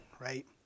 right